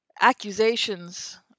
accusations